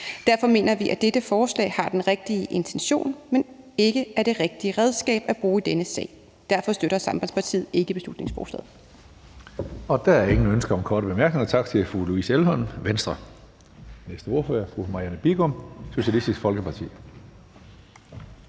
Derfor mener de, at dette forslag har den rigtige intention, men ikke er det rigtige redskab at bruge i denne sag. Derfor støtter Sambandspartiet ikke beslutningsforslaget.